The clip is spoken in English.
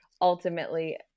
ultimately